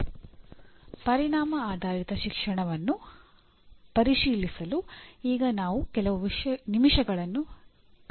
outcome based education ಅನ್ನು ಪರಿಶೀಲಿಸಲು ಈಗ ನಾವು ಕೆಲವು ನಿಮಿಷಗಳನ್ನು ಕಳೆಯುತ್ತೇವೆ